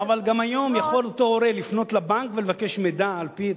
אבל גם היום יכול אותו הורה לפנות לבנק ולבקש מידע על-פי התוספת.